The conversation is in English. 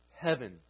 heaven